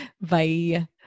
Bye